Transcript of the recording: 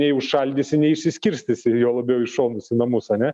nei užšaldysi nei išsiskirstysi ir juo labiau į šonus į namus ane